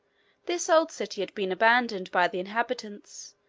this old city had been abandoned by the inhabitants,